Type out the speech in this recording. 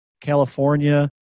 California